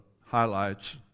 highlights